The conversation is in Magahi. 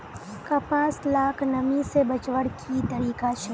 कपास लाक नमी से बचवार की तरीका छे?